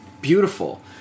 beautiful